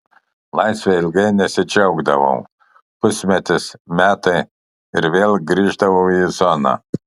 laisve ilgai nesidžiaugdavau pusmetis metai ir vėl grįždavau į zoną